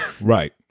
right